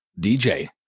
DJ